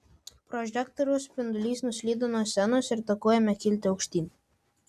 prožektoriaus spindulys nuslydo nuo scenos ir taku ėmė kilti aukštyn